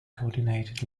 coordinated